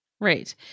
Right